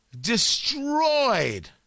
destroyed